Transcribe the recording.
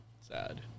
sad